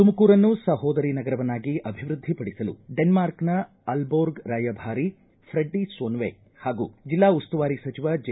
ತುಮಕೂರನ್ನು ಸಹೋದರಿ ನಗರವನ್ನಾಗಿ ಅಭಿವೃದ್ಧಿಪಡಿಸಲು ಡೆನ್ಕಾರ್ಕ್ನ ಆಲ್ದೋರ್ಗ್ ರಾಯಭಾರಿ ಫೆಡ್ಡಿ ಸೋನ್ವೆ ಹಾಗೂ ಜಿಲ್ಲಾ ಉಸ್ತುವಾರಿ ಸಚಿವ ಜೆ